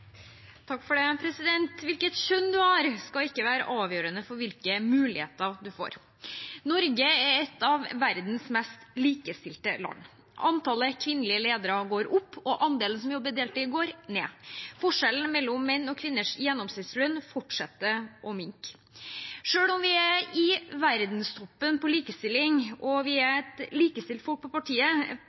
et av verdens mest likestilte land. Antall kvinnelige ledere går opp, og andelen som jobber deltid, går ned. Forskjellen mellom menn og kvinners gjennomsnittslønn fortsetter å minke. Selv om vi er i verdenstoppen på likestilling, og vi er et likestilt folk på